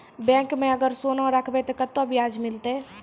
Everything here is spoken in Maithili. बैंक माई अगर सोना राखबै ते कतो ब्याज मिलाते?